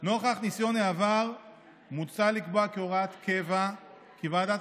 נוכח ניסיון העבר מוצע לקבוע כהוראת קבע כי ועדת